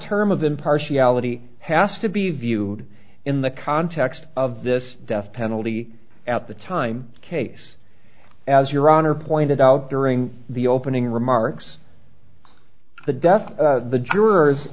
term of impartiality has to be viewed in the context of this death penalty at the time case as your honor pointed out during the opening remarks the death of the jurors